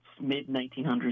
mid-1900s